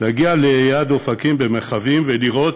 להגיע ליד אופקים, במרחבים, ולראות